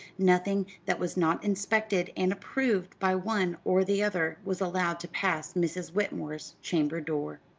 nothing that was not inspected and approved by one or the other was allowed to pass mrs. whitmore's chamber door.